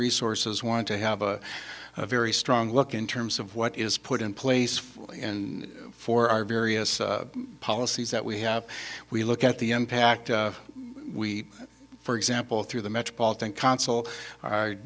resources want to have a very strong look in terms of what is put in place for and for our various policies that we have we look at the impact we for example through the metropolitan co